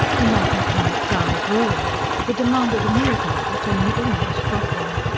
the magnetronic drive roared. he'd demanded a miracle of it, and he almost got one.